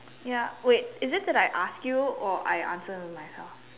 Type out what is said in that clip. ya wait is it that I ask you or I answer myself